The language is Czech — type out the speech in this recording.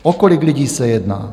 O kolik lidí se jedná?